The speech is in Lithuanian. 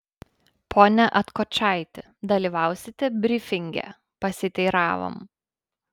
pone atkočaiti dalyvausite brifinge pasiteiravom